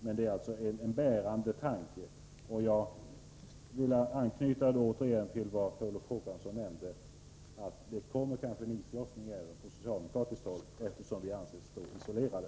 Men detta är en bärande tanke. Jag har velat återknyta återigen till vad Per Olof Håkansson nämnde, att det kanske kommer en islossning även på socialdemokratiskt håll, eftersom vi anses stå isolerade.